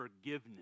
forgiveness